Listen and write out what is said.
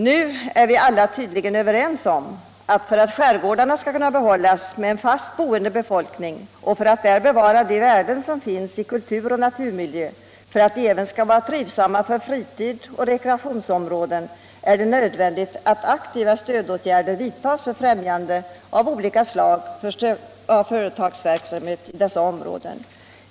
Nu är vi alla tydligen överens om att det, för att skärgårdarna skall kunna behålla en fast boende befolkning, för att man där skall kunna bevara de värden som finns i kultur och naturmiljö, för att de även skall vara trivsamma för fritid och rekreationsområden, är nödvändigt att aktiva stödåtgärder vidtas för främjande av olika slag av företags verksamhet i dessa områden.